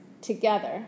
together